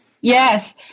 Yes